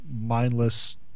mindless